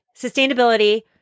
sustainability